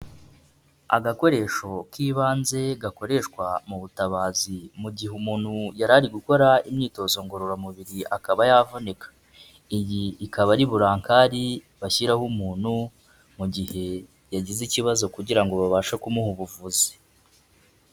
Agakoresho k'ibanze gakoreshwa mu butabazi. Mu gihe umuntu yari ari gukora imyitozo ngororamubiri akaba yavunika. Iyi ikaba ari burankari bashyiraho umuntu, mu gihe yagize ikibazo kugira ngo babashe kumuha ubuvuzi.